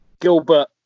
Gilbert